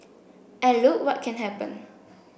and look what can happen